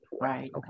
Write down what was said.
right